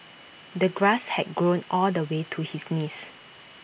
the grass had grown all the way to his knees